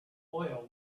oil